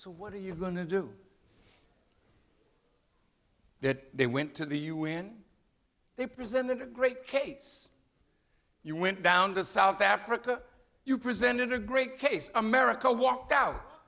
so what are you going to do that they went to the u n they presented a great case you went down to south africa you presented a great case america walked out